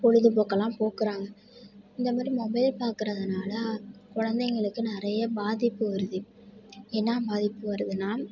பொழுதுபோக்கெல்லாம் போக்குகிறாங்க இந்த மாதிரி மொபைல் பார்க்கறதுனால கொழந்தைங்களுக்கு நிறைய பாதிப்பு வருது என்ன பாதிப்பு வருதுன்னால்